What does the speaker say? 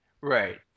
right